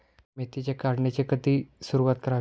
मेथीच्या काढणीची कधी सुरूवात करावी?